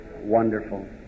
wonderful